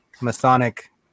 Masonic